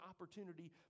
opportunity